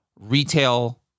retail